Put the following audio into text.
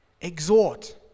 exhort